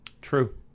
True